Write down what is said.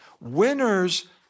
Winners